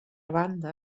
banda